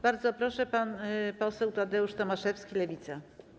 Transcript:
Bardzo proszę, pan poseł Tadeusz Tomaszewski, Lewica.